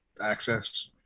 Access